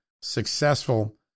successful